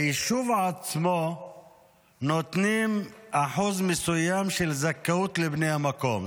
ליישוב עצמו נותנים אחוז מסוים של זכאות לבני המקום.